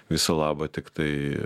viso labo tiktai